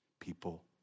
people